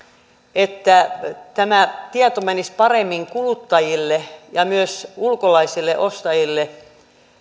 että tämä tieto menisi paremmin kuluttajille ja myös ulkolaisille ostajille